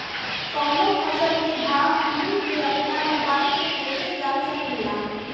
कवनो फसल के भाव मंडी के अपना मोबाइल से कइसे जान सकीला?